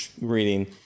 reading